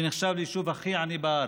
שנחשב ליישוב הכי עני במדינה,